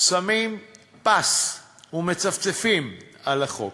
שמים פס ומצפצפים על החוק.